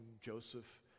Joseph